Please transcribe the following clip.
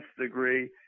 degree